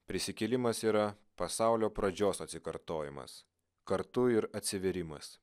prisikėlimas yra pasaulio pradžios atsikartojimas kartu ir atsivėrimas